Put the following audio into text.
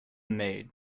maid